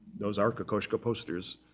those are kokoschka posters